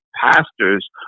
pastors